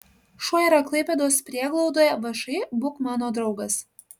šuo yra klaipėdos prieglaudoje všį būk mano draugas